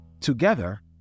Together